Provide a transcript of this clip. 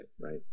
right